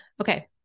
Okay